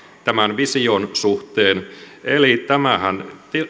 tämän vision suhteen eli tämähän